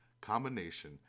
combination